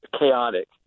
chaotic